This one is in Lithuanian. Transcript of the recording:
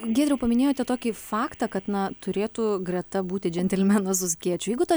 giedriau paminėjote tokį faktą kad na turėtų greta būti džentelmenas su skėčiu jeigu to